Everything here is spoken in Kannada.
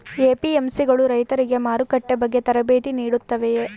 ಎ.ಪಿ.ಎಂ.ಸಿ ಗಳು ರೈತರಿಗೆ ಮಾರುಕಟ್ಟೆ ಬಗ್ಗೆ ತರಬೇತಿ ನೀಡುತ್ತವೆಯೇ?